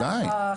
ודאי.